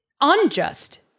unjust